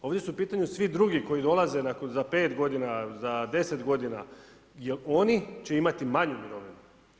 Ovdje su u pitanju svi drugi koji dolaze za 5 godina, za 10 godina, jer oni će imati manju mirovinu.